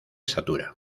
estatura